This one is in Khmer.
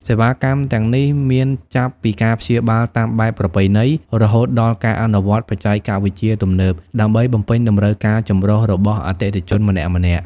សេវាកម្មទាំងនេះមានចាប់ពីការព្យាបាលតាមបែបប្រពៃណីរហូតដល់ការអនុវត្តន៍បច្ចេកវិទ្យាទំនើប ដើម្បីបំពេញតម្រូវការចម្រុះរបស់អតិថិជនម្នាក់ៗ។